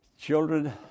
Children